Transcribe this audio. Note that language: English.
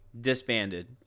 disbanded